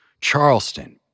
Charleston